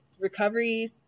recovery